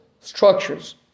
structures